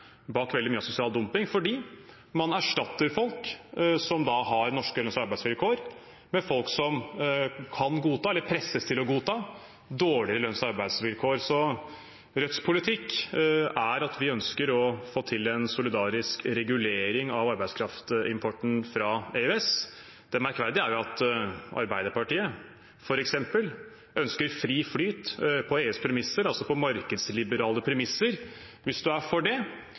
sosial dumping, fordi man erstatter folk som har norske lønns- og arbeidsvilkår, med folk som kan godta eller presses til å godta dårligere lønns- og arbeidsvilkår. Rødts politikk er at vi ønsker å få til en solidarisk regulering av arbeidskraftimporten fra EØS. Det merkverdige er at f.eks. Arbeiderpartiet ønsker fri flyt på EUs premisser, altså på markedsliberale premisser. Hvis man er for det,